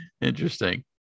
Interesting